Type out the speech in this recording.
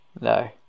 No